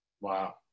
Wow